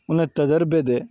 انہیں تجربے دے